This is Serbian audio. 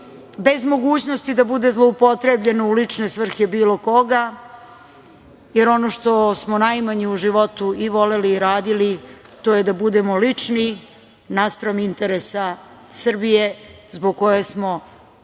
bez mogućnosti da bude zloupotrebljeno u lične svrhe, bilo koga, jer ono što smo najmanje u životu i voleli i radili to je da budemo lični naspram interesa Srbije zbog koje smo u